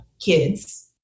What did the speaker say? kids